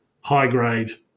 high-grade